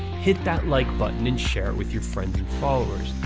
hit that like button and share it with your friends and followers,